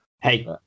hey